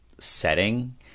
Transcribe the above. setting